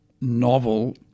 novel